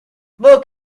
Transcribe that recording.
book